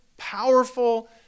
powerful